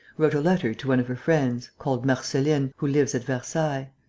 wrote a letter to one of her friends, called marceline, who lives at versailles.